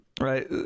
Right